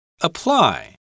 Apply